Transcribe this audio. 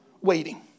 waiting